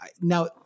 now